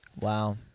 Wow